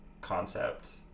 concept